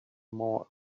more